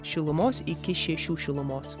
šilumos iki šešių šilumos